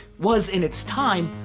was, in its time,